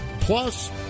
Plus